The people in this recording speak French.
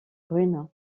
brune